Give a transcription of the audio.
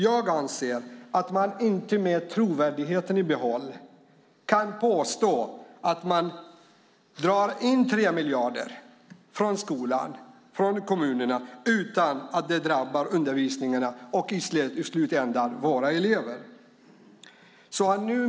Jag anser att man med trovärdigheten i behåll inte kan påstå att man kan dra in 3 miljarder från skolan och kommunerna utan att det drabbar undervisningen och i slutändan våra elever.